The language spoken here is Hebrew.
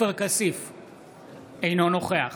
אינו נוכח